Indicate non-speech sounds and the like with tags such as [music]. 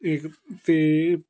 [unintelligible] ਅਤੇ